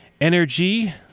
Energy